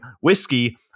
whiskey